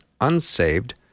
unsaved